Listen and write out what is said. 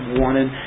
wanted